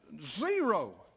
zero